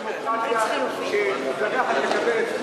מה, דמוקרטיה, שגם ככה מקבלת,